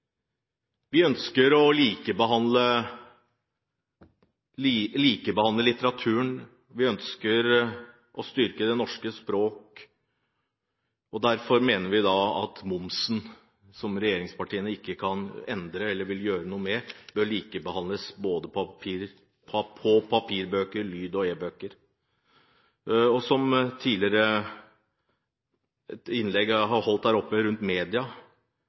Vi ønsker å likebehandle litteraturen; vi ønsker å styrke det norske språk. Derfor mener vi at momsen, som regjeringspartiene ikke kan endre eller vil gjøre noe med, bør likebehandles på både papir-, lyd- og e-bøker. Som jeg har sagt her i et tidligere innlegg om media: